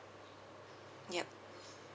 yup